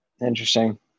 Interesting